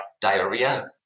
diarrhea